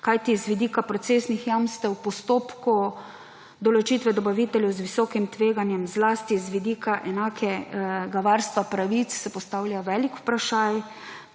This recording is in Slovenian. Kajti z vidika procesnih jamstev, postopkov, določitve dobaviteljev z visokim tveganje, zlasti z vidika enakega varstva pravic, se postavlja velik vprašaj.